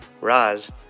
raz